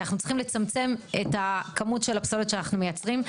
כי אנחנו צריכים לצמצם את הכמות של הפסולת שאנחנו מייצרים.